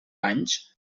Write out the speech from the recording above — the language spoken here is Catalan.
anys